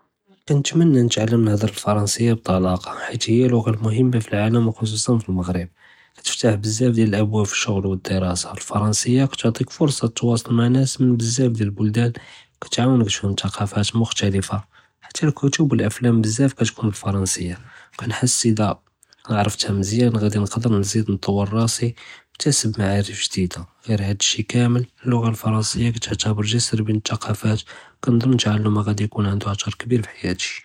כניתמנא נתעלם נהדר אלפרנסיה בטלאקה, חית היא לוגה מהמה פלאעלם, וכחוסוסאן פלאמגרב, לאנאהא כתפתח בזאף דיאל אבואב דיאל אששוגל ואלדדארסה. אלפרנסיה כתמנחכ פורסה תתואצל מע נאס מן תקאפת מוכתלפה ובלדאן מעתאדדה, וכתעאוונכ תוסע אפאקכ ותפאהם עואלם ג'דידה. בזאף דיאל אלכותוב ואלאפלם כיתוג'דו בּאלפרנסיה, ואלא תעלמתהא מזיאן, ע'אדי נקדר נתוור ראסי ונכתסב מערף וכבּראת ג'דידה. פלאסאס, כנשוף אלפרנסיה ג'סר בין אלתקאפת, ותעלמהא ע'יכון ענדו את'ר איג'אבי וכביר פחיאתי.